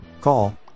Call